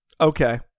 okay